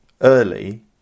early